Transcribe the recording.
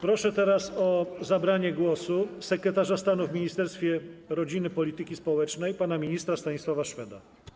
Proszę teraz o zabranie głosu sekretarza stanu w Ministerstwie Rodziny i Polityki Społecznej pana ministra Stanisława Szweda.